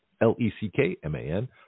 L-E-C-K-M-A-N